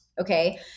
okay